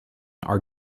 are